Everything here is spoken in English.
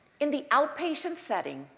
in the outpatient setting,